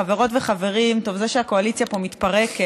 חברות וחברים, טוב, זה שהקואליציה פה מתפרקת